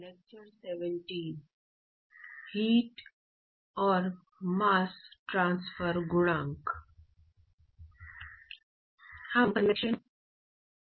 हमने केवल कंडक्शन और रेडिएशन को देखा है